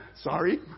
Sorry